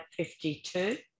52